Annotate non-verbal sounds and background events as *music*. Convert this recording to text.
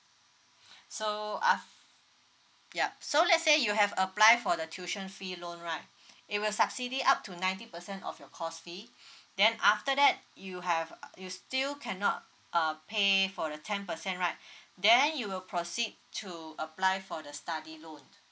*breath* so af~ yup so let's say you have apply for the tuition fee loan right *breath* it will subsidy up to ninety percent of your cost fee *breath* then after that you have uh you still cannot uh pay for the ten percent right *breath* then you will proceed to apply for the study loan